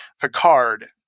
Picard